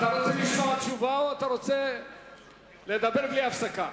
אתה רוצה לשמוע תשובה או שאתה רוצה לדבר בלי הפסקה?